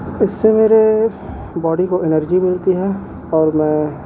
اس سے میرے باڈی کو انرجی ملتی ہے اور میں